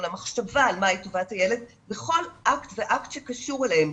למחשבה על מה היא טובת הילד בכל אקט ואקט שקשור אליהם.